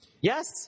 Yes